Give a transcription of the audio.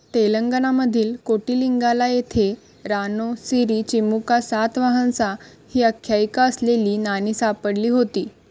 तेलंगणामधील कोटिलिंगाला येथे रानो सिरी चिमुका सातवाहनसा ही आख्यायिका असलेली नाणी सापडली होती